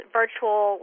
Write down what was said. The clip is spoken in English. virtual